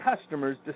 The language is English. customers